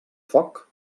foc